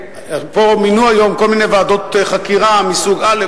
מינו היום כל מיני ועדות חקירה מסוג א',